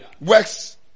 works